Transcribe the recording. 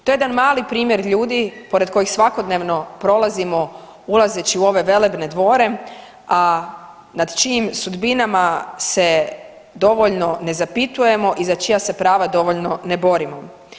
To je jedan mali primjer ljudi pored kojih svakodnevno prolazimo ulazeći u ove velebne dvore, a nad čijim sudbinama se dovoljno ne zapitujemo i za čija se prava dovoljno ne borimo.